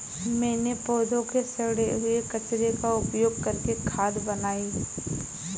मैंने पौधों के सड़े हुए कचरे का उपयोग करके खाद बनाई